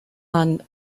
man